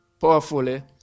powerfully